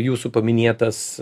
jūsų paminėtas